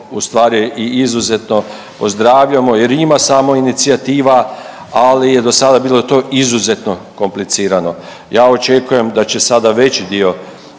ustvari i izuzetno pozdravljamo jer ima samoinicijativa, ali je dosada to bilo izuzetno komplicirano. Ja očekujem da će sada veći dio